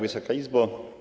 Wysoka Izbo!